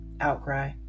outcry